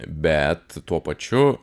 bet tuo pačiu